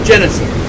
Genesis